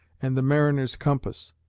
and the mariner's compass.